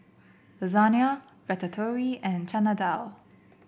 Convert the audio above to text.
Lasagna Ratatouille and Chana Dal